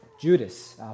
Judas